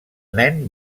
nen